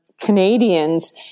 Canadians